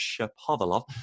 Shapovalov